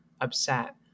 upset